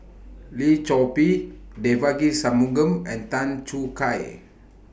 Lim Chor Pee Devagi Sanmugam and Tan Choo Kai